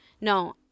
no